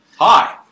Hi